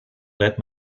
let